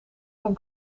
van